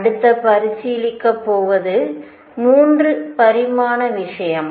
அடுத்து பரிசீலிக்கப் போவது 3 பரிமாண விஷயம்